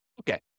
Okay